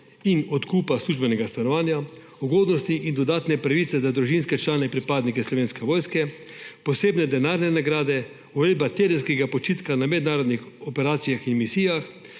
in odkupa službenega stanovanja, ugodnosti in dodatne pravice za družinske člane pripadnikov Slovenske vojske, posebne denarne nagrade, uvedba tedenskega počitka na mednarodnih operacijah in misijah,